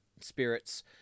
spirits